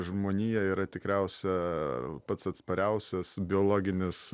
žmonija yra tikriausia pats atspariausias biologinis